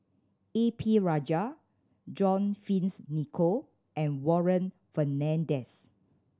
A P Rajah John Fearns Nicoll and Warren Fernandez